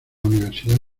universidad